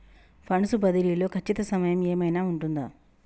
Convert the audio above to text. Funds బదిలీ లో ఖచ్చిత సమయం ఏమైనా ఉంటుందా?